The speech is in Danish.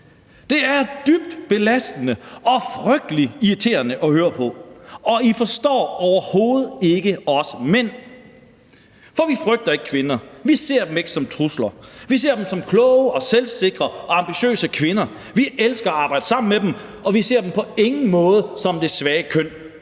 Det er dybt belastende og frygtelig irriterende at høre på, og I forstår overhovedet ikke os mænd, for vi frygter ikke kvinder. Vi ser dem ikke som trusler. Vi ser dem som kloge og selvsikre ambitiøse kvinder. Vi elsker at arbejde sammen med dem, og vi ser dem på ingen måde som det svage køn.